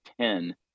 ten